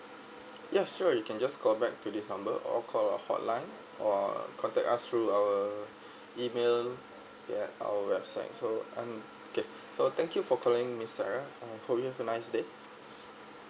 yes sure you can just call back to this number or call our hotline or contact us through our email at our website so and okay so thank you for calling miss sarah I hope you have a nice day